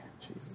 Jesus